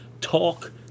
Talk